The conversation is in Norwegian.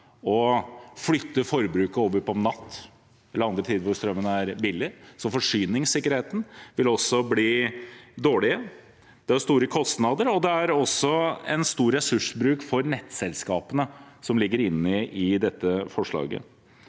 å flytte forbruket over til natten, eller andre tider hvor strømmen er billig, så forsyningssikkerheten vil også bli dårligere. Det er store kostnader, og det er en stor ressursbruk for nettselskapene som ligger inne i dette forslaget.